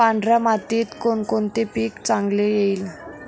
पांढऱ्या मातीत कोणकोणते पीक चांगले येईल?